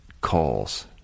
calls